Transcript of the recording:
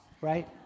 right